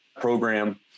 program